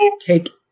take